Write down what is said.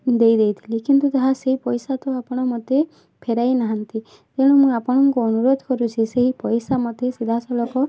ଦେଇଦେଇଥିଲି କିନ୍ତୁ ତାହା ସେଇ ପଇସା ତ ଆପଣ ମୋତେ ଫେରାଇ ନାହାନ୍ତି ତେଣୁ ମୁଁ ଆପଣଙ୍କୁ ଅନୁରୋଧ କରୁଛି ସେହି ପଇସା ମୋତେ ସିଧା ସଳଖ